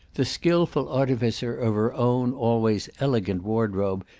the skilful artificer of her own always elegant wardrobe,